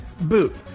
Boot